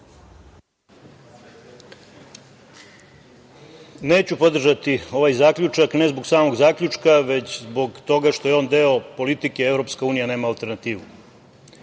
Neću podržati ovaj zaključak, i to ne zbog samog zaključka, već zbog toga što je on deo politike – EU nema alternativu. Kada